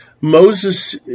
Moses